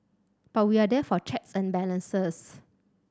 but we are there for checks and balances